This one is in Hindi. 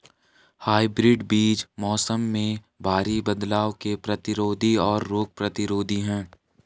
हाइब्रिड बीज मौसम में भारी बदलाव के प्रतिरोधी और रोग प्रतिरोधी हैं